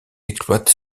exploite